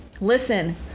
Listen